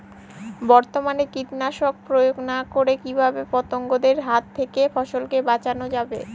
বর্তমানে কীটনাশক প্রয়োগ না করে কিভাবে পতঙ্গদের হাত থেকে ফসলকে বাঁচানো যায়?